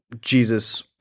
Jesus